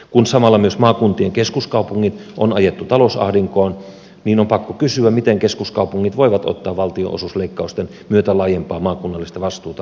kun samalla myös maakuntien keskuskaupungit on ajettu talousahdinkoon niin on pakko kysyä miten keskuskaupungit voivat ottaa valtionosuusleikkausten myötä laajempaa maakunnallista vastuuta asioiden hoidossa